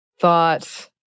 thought